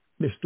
Mr